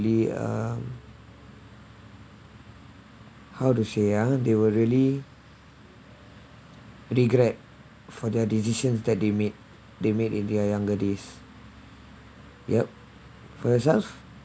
be uh how to say ah they were really regret for their decision that they made they made in their younger days yup for yourself